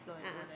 a'ah